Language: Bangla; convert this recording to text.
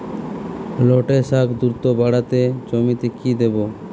লটে শাখ দ্রুত বাড়াতে জমিতে কি দেবো?